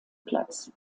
platz